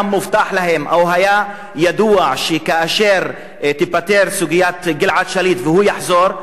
או היה ידוע שכאשר תיפתר סוגיית גלעד שליט והוא יחזור,